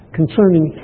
concerning